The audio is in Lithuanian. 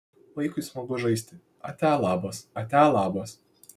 vaikui smagu žaisti atia labas atia labas